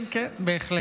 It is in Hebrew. כן, כן, בהחלט.